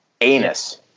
anus